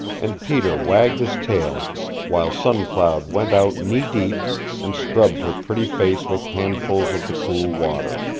and peter wagged his tail while sun cloud went out knee-deep and scrubbed her pretty face with handfuls of the cool water.